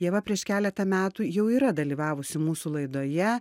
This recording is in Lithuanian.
ieva prieš keletą metų jau yra dalyvavusi mūsų laidoje